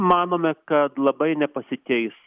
manome kad labai nepasikeis